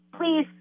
please